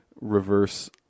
reverse